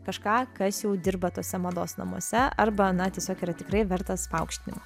kažką kas jau dirba tuose mados namuose arba na tiesiog yra tikrai vertas paaukštinimo